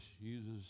uses